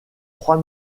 trois